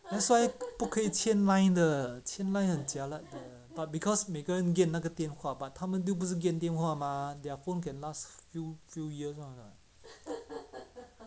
that's why 不可以签 line 的签 line 很 jialat but because 每个人 get 那个电话 but 他们 bill 不是跟电话 mah their phone can last few few years [one] [what]